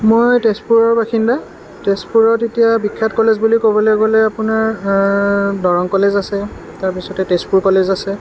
মই তেজপুৰৰ বাসিন্দা তেজপুৰত এতিয়া বিখ্যাত কলেজ বুলি ক'বলৈ গ'লে আপোনাৰ দৰং কলেজ আছে তাৰপিছতে তেজপুৰ কলেজ আছে